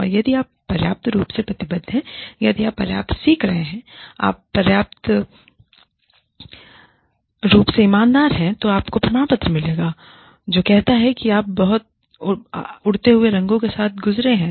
और यदि आप पर्याप्त रूप से प्रतिबद्ध हैं यदि आप पर्याप्त सीख रहे हैं यदि आप पर्याप्त रूप से ईमानदार हैं तो आपको एक प्रमाणपत्र मिलेगा जो कहता है कि आप उड़ते हुए रंगों के साथ गुजरे हैं